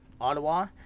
Ottawa